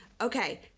Okay